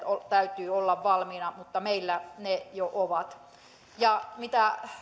täytyy olla valmiina mutta meillä ne jo ovat mitä